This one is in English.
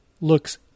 looks